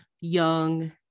young